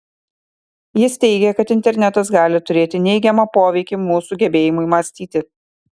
jis teigia kad internetas gali turėti neigiamą poveikį mūsų gebėjimui mąstyti